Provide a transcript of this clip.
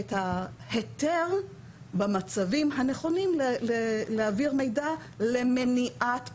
את ההיתר במצבים הנכונים להעביר מידע למניעת פגיעה.